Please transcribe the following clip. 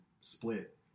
split